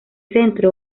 centro